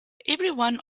everyone